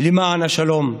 למען השלום.